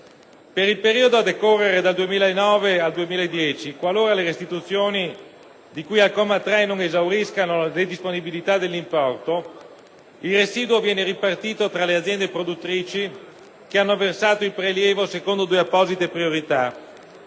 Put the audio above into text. Per il periodo a decorrere dal 2009 al 2010, qualora le restituzioni di cui al comma 3 non esauriscano le disponibilità dell'importo, il residuo viene ripartito tra le aziende produttrici che hanno versato il prelievo secondo due apposite priorità;